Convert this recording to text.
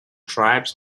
tribes